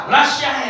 Russia